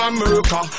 America